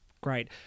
great